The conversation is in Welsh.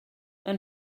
mae